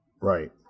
Right